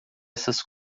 essas